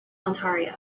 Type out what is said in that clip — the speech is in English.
ontario